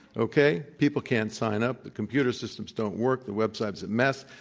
okay? people can't sign up. the computer systems don't work. the website's a mess.